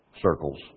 circles